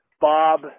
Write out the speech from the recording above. Bob